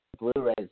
Blu-rays